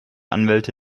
anwälte